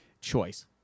choice